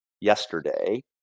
yesterday